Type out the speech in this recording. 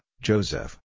Joseph